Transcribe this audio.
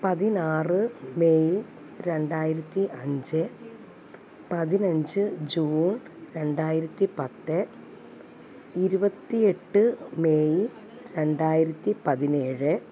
പതിനാറ് മെയ് രണ്ടായിരത്തി അഞ്ച് പതിനഞ്ച് ജൂൺ രണ്ടായിരത്തി പത്ത് ഇരുപത്തി എട്ട് മെയ് രണ്ടായിരത്തി പതിനേഴ്